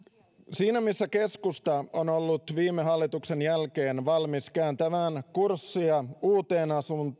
siinä missä keskusta on ollut viime hallituksen jälkeen valmis kääntämään kurssia uuteen